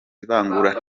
ivangura